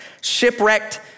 shipwrecked